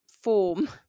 form